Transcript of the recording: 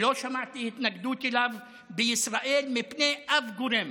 שלא שמעתי התנגדות לו בישראל מפי אף גורם,